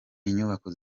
inyubako